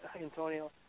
Antonio